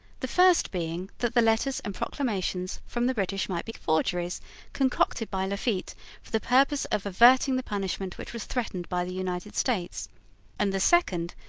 the first being that the letters and proclamations from the british might be forgeries concocted by lafitte for the purpose of averting the punishment which was threatened by the united states and the second,